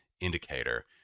indicator